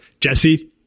Jesse